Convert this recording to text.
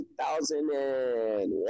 2001